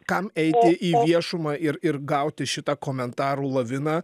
kam eiti į viešumą ir ir gauti šitą komentarų laviną